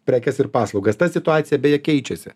prekes ir paslaugas ta situacija beje keičiasi